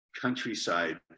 countryside